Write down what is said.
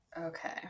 Okay